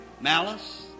malice